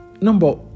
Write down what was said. Number